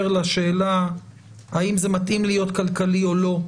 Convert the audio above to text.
לשאלה האם זה מתאים להיות כלכלי או לא?